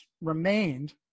remained